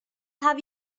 have